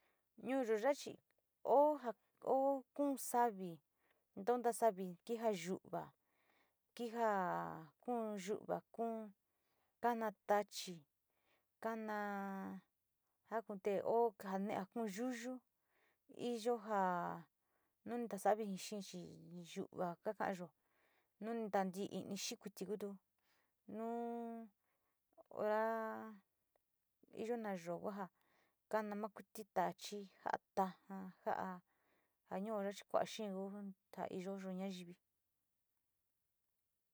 Ñuu yo yachi o ja o kuu savi, tonta savi, kija yu´va, kija kuu yu´uva kana tachi, kana jokontee o jane´e kuu yuyu iyo jaa no ja nu ja tajaa sa´a viji xee chi yu´uva kakayo nu ntai´i ixi kuii kutuun nuu ora iyo na yoo ku ja kana ma kuiti tachi, ja´a taja, ja´a, ja nuura kua´ xee ku ja iyo nu najivi.